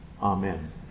Amen